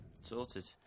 Sorted